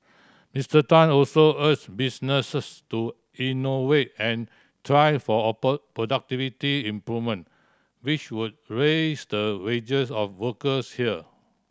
Mister Tan also urged businesses to innovate and strive for productivity improvement which would raise the wages of workers here